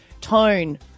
tone